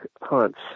hunts